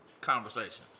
conversations